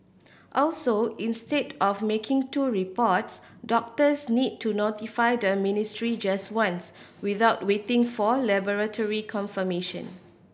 also instead of making two reports doctors need to notify the ministry just once without waiting for laboratory confirmation